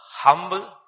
humble